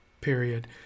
period